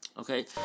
Okay